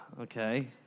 okay